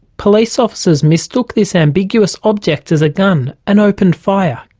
police officers mistook this ambiguous object as a gun and opened fire,